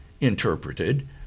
interpreted